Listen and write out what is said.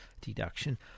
deduction